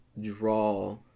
draw